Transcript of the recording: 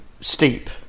steep